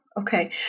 Okay